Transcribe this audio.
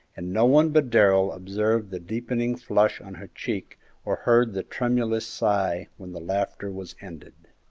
and no one but darrell observed the deepening flush on her cheek or heard the tremulous sigh when the laughter was ended.